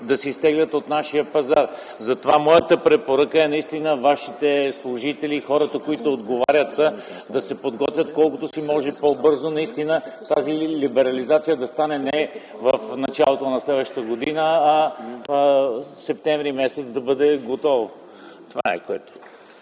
да се изтеглят от нашия пазар. Моята препоръка е наистина Вашите служители – хората, които отговарят за това, да се подготвят колкото се може по-бързо и наистина тази либерализация да стане не в началото на следващата година, а м. септември т.г. да бъде готова. Това е, което